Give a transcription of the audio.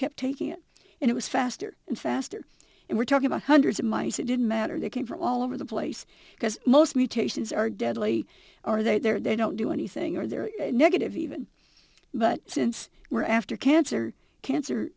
kept taking it and it was faster and faster and we're talking about hundreds of mice it didn't matter they came from all over the place because most mutations are deadly are they there they don't do anything or they're negative even but since we're after cancer cancer